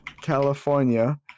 California